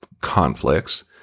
conflicts